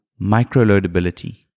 microloadability